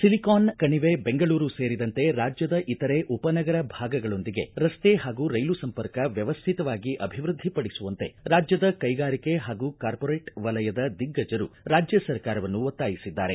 silicon ಕಣಿವೆ ಬೆಂಗಳೂರು ಸೇರಿದಂತೆ ರಾಜ್ಯದ ಇತರೆ ಉಪನಗರ ಭಾಗಗಳೊಂದಿಗೆ ರಸ್ತೆ ಹಾಗೂ ರೈಲು ಸಂಪರ್ಕ ವ್ಯವಸ್ಥಿತವಾಗಿ ಅಭಿವೃದ್ದಿಪಡಿಸುವಂತೆ ರಾಜ್ಯದ ಕೈಗಾರಿಕೆ ಹಾಗೂ ಕಾರ್ಮೋರೆಟ್ ವಲಯದ ದಿಗ್ಗಜರು ರಾಜ್ಯ ಸರ್ಕಾರವನ್ನು ಒತ್ತಾಯಿಸಿದ್ದಾರೆ